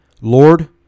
Lord